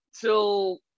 till